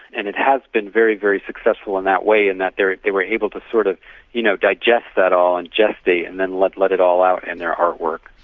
and it has been very, very successful in that way in that they were able to sort of you know digest that all and gestate and then let let it all out in their artwork.